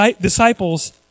disciples